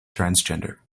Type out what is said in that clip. transgender